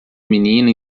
menina